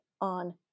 on